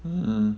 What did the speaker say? mm